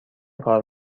کار